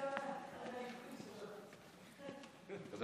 תודה